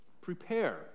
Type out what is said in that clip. Prepare